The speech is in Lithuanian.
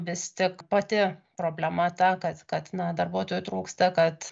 vis tik pati problema ta kad kad na darbuotojų trūksta kad